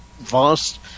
vast